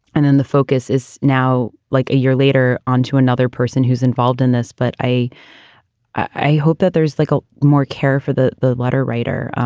and then the focus is now like a year later onto another person who's involved in this but i i hope that there's like a more care for that. the letter writer.